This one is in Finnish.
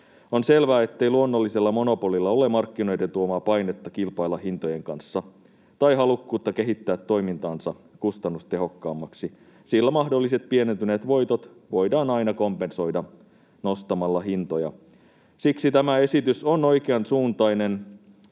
On selvää, ettei luonnollisella monopolilla ole markkinoiden tuomaa painetta kilpailla hintojen kanssa tai halukkuutta kehittää toimintaansa kustannustehokkaammaksi, sillä mahdolliset pienentyneet voitot voidaan aina kompensoida nostamalla hintoja. Siksi tämä esitys on oikeansuuntainen,